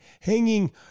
hanging